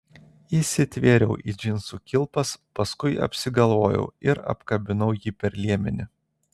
įsitvėriau į džinsų kilpas paskui apsigalvojau ir apkabinau jį per liemenį